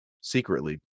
secretly